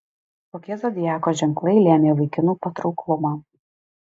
kokie zodiako ženklai lėmė vaikinų patrauklumą